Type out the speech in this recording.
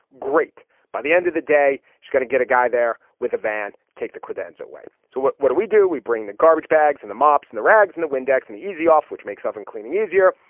great. by the end of the day, she's gonna get a guy there with a van, take the credenza away. so what what do we do? we bring the garbage bags and the mops in and the rags and the windex and the easy off, which makes oven cleaning easier.